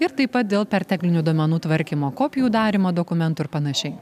ir taip pat dėl perteklinių duomenų tvarkymo kopijų darymo dokumentų ir panašiai